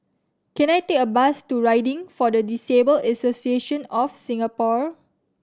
can I take a bus to Riding for the Disabled Association of Singapore